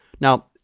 Now